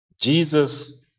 Jesus